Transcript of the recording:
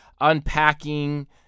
unpacking